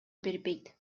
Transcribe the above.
бербейт